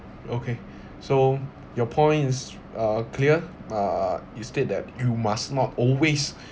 okay so your points is uh clear uh you state that you must not always